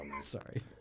sorry